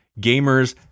gamers